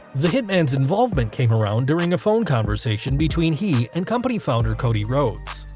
the hitman's involvement came around during a phone conversation between he and company founder cody rhodes.